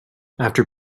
after